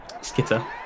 Skitter